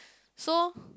so